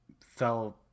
fell